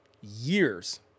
years